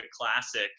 Classic